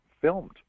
filmed